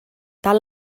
tal